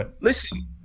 Listen